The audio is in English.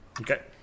Okay